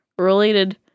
related